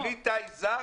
אומרים לי: כלי טיס זר,